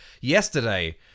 yesterday